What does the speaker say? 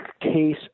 case